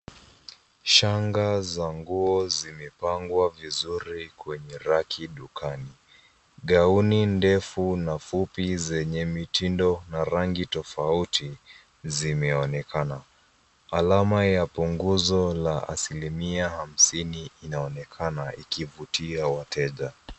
Shanga za nguo zimepangwa vizuri kwenye raki dukani. Gauni ndefu na fupi zenye mitindo na rangi tofauti zimeonekana. Alama ya punguzo ya 50% inaonekana ikivutia wateja.